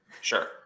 Sure